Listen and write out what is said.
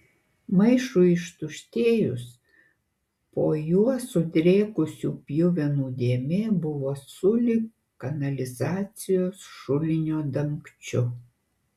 maišui ištuštėjus po juo sudrėkusių pjuvenų dėmė buvo sulig kanalizacijos šulinio dangčiu